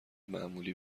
معمولی